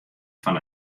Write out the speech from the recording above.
fan